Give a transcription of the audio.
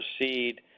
proceed